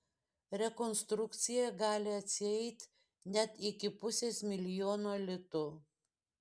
rekonstrukcija gali atsieit net iki pusės milijono litų